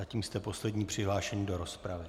Zatím jste poslední přihlášený do rozpravy.